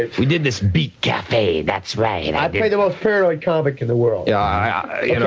ah we did this beat cafe, that's right i play the most paranoid comic in the world. yeah you know